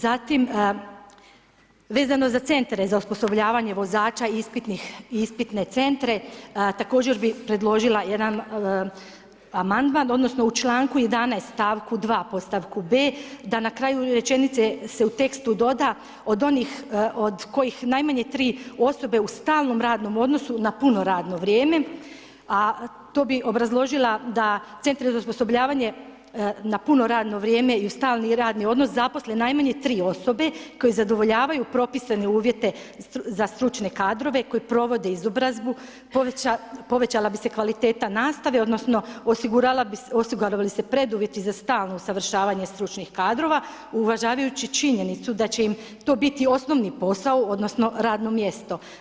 Zatim, vezano za centre za osposobljavanje vozača i ispitne centre, također bih predložila jedan amandman, odnosno u čl. 11., st. 2., podstavku b., da na kraju rečenice se u tekstu doda, od onih od kojih najmanje 3 osobe u stalnom radnom odnosu na puno radno vrijeme, a to bih obrazložila da centri za osposobljavanje na puno radno vrijeme i u stalni radni odnos zaposle najmanje 3 osobe koje zadovoljavaju propisane uvjete za stručne kadrove koji provode izobrazbu, povećala bi se kvaliteta nastave, odnosno osigurali bi se preduvjeti za stalno usavršavanje stručnih kadrova uvažavajući činjenicu da će im to biti osnovni posao, odnosno radno mjesto.